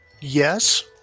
yes